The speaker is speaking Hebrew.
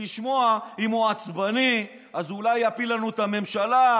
אם הוא עצבני אז אולי יפיל לנו את הממשלה,